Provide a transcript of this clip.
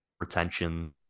retention